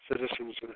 citizens